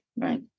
right